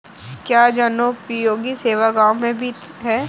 क्या जनोपयोगी सेवा गाँव में भी है?